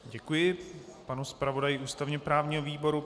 Děkuji panu zpravodaji ústavněprávního výboru.